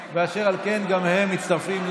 אשר על כן, גם הם מצטרפים למתנגדים.